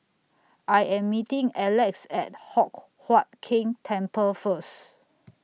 I Am meeting Alex At Hock Huat Keng Temple First